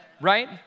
Right